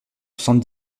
soixante